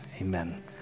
Amen